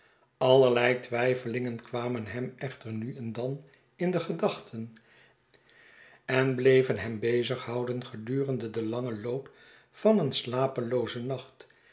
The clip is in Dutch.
allerlei twijfelingen kwamen hem echter nu en dan in de gedachten en bleven hem bezig houden gedurende den langen loop van een slapeloozen nacht